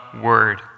word